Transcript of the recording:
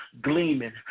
gleaming